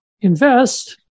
Invest